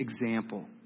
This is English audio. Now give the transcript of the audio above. example